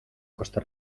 costa